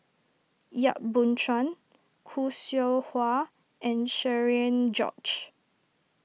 Yap Boon Chuan Khoo Seow Hwa and Cherian George